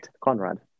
Conrad